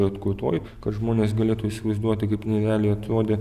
atkurtoji kad žmonės galėtų įsivaizduoti kaip nerealiai atrodė